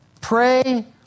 Pray